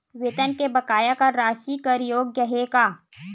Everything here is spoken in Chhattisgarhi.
वेतन के बकाया कर राशि कर योग्य हे का?